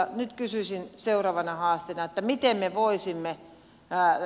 nyt kysyisin seuraavana haasteena